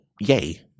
yay